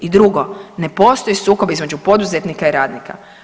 I drugo, ne postoji sukob između poduzetnika i radnika.